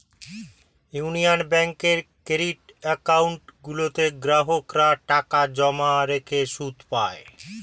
union ব্যাঙ্কের credit account গুলোতে গ্রাহকরা টাকা জমা রেখে সুদ পায়